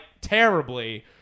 terribly